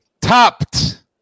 topped